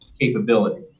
capability